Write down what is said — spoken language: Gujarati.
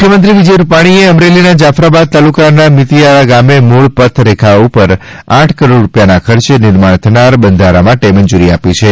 મુખ્યમંત્રી શ્રી વિજય રૂપાણીએ અમરેલીના જાફરાબાદ તાલુકાના મિતીયાળા ગામે મૂળ પથ રેખા ઉપર આઠ કરોડ રૂપિયા ના ખર્ચે નિર્માણ થનાર બંધારા માટે મંજૂરી આપી છે